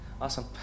Awesome